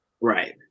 Right